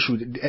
issue